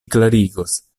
klarigos